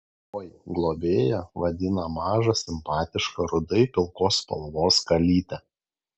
oi globėja vadina mažą simpatišką rudai pilkos spalvos kalytę